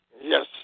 Yes